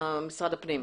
משרד הפנים?